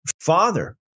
father